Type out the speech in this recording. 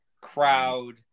crowd